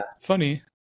funny